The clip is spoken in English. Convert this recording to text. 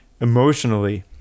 emotionally